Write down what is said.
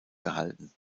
gehalten